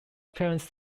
parents